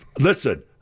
listen –